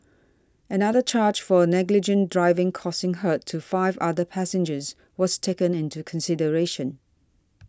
another charge for negligent driving causing hurt to five other passengers was taken into consideration